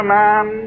man